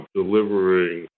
delivering